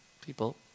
people